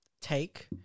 take